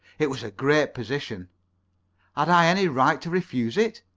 it was a great position. had i any right to refuse it?